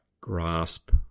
grasp